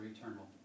eternal